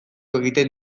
egiten